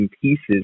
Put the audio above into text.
pieces